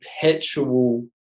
perpetual